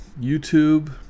YouTube